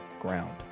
ground